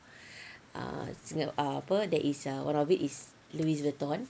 ah apa that is err one of it is Louis Vuitton